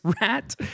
rat